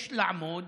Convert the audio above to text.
יש לעמוד